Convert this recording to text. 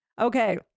Okay